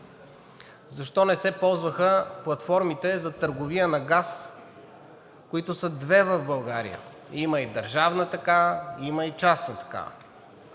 Защо не се ползваха платформите за търговия на газ, които са две в България – има и държавна такава, има и частна такава.